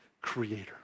creator